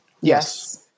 Yes